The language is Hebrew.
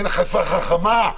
אין אכיפה חכמה.